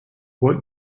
what